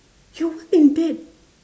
you weren't in bed